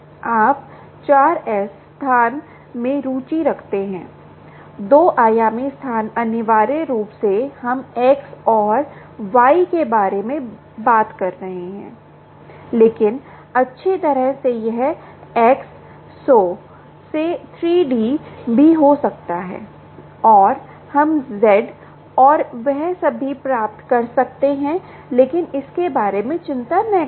आप 4 S स्थान में रुचि रखते हैं 2 आयामी स्थान अनिवार्य रूप से हम एक्स और वाई के बारे में बात कर रहे हैं लेकिन अच्छी तरह से यह एक्स सौ से 3D भी हो सकता है और हम जेड और वह सब भी प्राप्त कर सकते हैं लेकिन इसके बारे में चिंता न करें